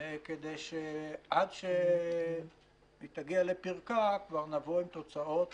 כדי שעד שהיא תגיע לפרקה כבר נבוא עם תוצאות